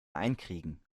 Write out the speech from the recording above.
einkriegen